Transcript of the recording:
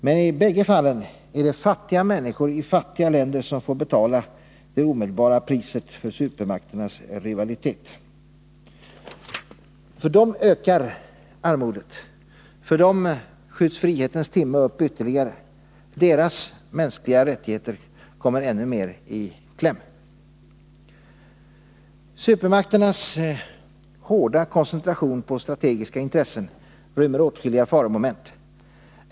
Men i båda fallen är det fattiga människor i fattiga länder som får betala det omedelbara priset för supermakternas rivalitet. För dem ökar armodet. För dem skjuts frihetens timme upp ytterligare. Deras mänskliga rättigheter kommer ännu mer i kläm. Supermakternas hårda koncentration på strategiska intressen rymmer åtskilliga faromoment.